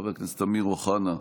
חבר הכנסת אמיר אוחנה,